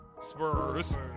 Spurs